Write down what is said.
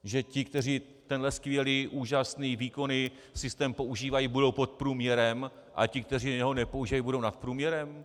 Že ti, kteří tenhle skvělý, úžasný, výkonný systém používají, budou pod průměrem, a ti, kteří ho nepoužívají, budou nad průměrem?